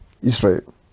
Israel